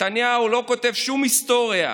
נתניהו לא כותב שום היסטוריה.